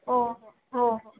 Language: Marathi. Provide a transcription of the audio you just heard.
हो हो